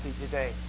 today